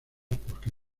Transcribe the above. porque